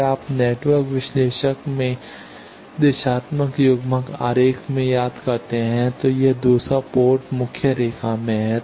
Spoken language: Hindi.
यदि आप नेटवर्क विश्लेषक में दिशात्मक युग्मक आरेख में याद करते हैं तो यह दूसरा पोर्ट मुख्य रेखा है